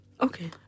Okay